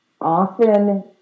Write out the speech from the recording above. often